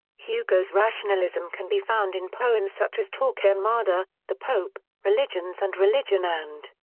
hugo's rationalism can be found in poems such as torquemada, the pope, religions and religion and,